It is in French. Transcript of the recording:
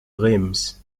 reims